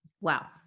Wow